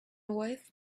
wife